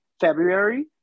February